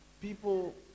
people